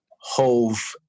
Hove